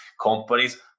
companies